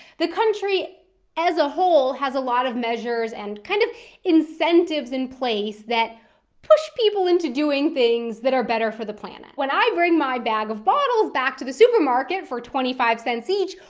the country as a whole has a lot of measures and kind of incentives in place that push people into doing things that are better for the planet. when i bring my bag of bottles back to the supermarket for twenty five cents each,